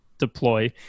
Deploy